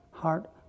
Heart